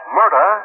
murder